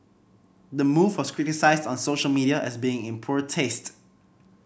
the move was criticised on social media as being in poor taste